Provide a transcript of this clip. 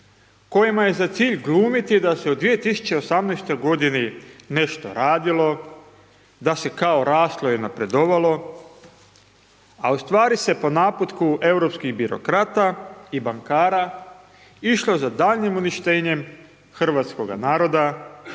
kojima je za cilj glumiti da se u 2018. godini nešto radilo, da se kao raslo i napredovalo a u stvari se po naputku europskih birokrata i bankara išlo za daljnjim uništenjem hrvatskoga naroda